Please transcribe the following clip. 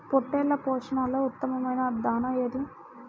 పొట్టెళ్ల పోషణలో ఉత్తమమైన దాణా ఏది?